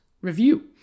review